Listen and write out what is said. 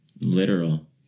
literal